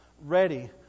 ready